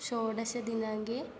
षोडशदिनाङ्के